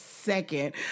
second